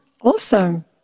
Awesome